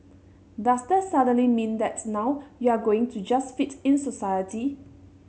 does that suddenly mean that now you're going to just fit in society